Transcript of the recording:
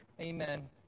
Amen